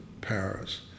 Paris